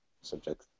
subject